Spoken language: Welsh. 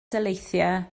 daleithiau